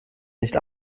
nicht